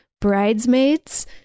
bridesmaids